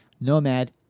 Nomad